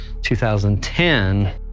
2010